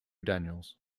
daniels